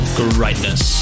greatness